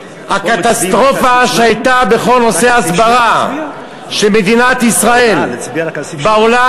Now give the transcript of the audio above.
הקטסטרופה שהייתה בכל נושא ההסברה של מדינת ישראל בעולם,